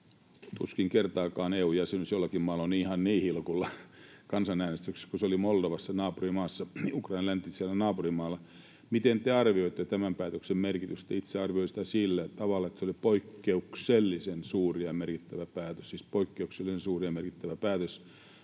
Tuskin kertaakaan EU-jäsenyys jollakin maalla on ihan niin hilkulla kansanäänestyksessä kuin se oli Moldovassa, Ukrainan läntisellä naapurimaalla. Miten te arvioitte tämän päätöksen merkitystä? Itse arvioin sitä sillä tavalla, että se oli poikkeuksellisen suuri ja merkittävä päätös